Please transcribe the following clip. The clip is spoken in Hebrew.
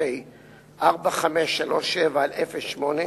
בבש"פ 4537/08,